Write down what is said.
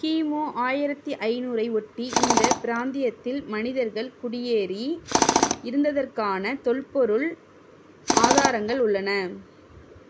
கிமு ஆயிரத்தி ஐநூறை ஒட்டி இந்த பிராந்தியத்தில் மனிதர்கள் குடியேறி இருந்ததற்கான தொல்பொருள் ஆதாரங்கள் உள்ளன